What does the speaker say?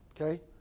Okay